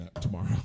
tomorrow